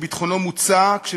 שביטחונו מוצק,